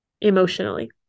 emotionally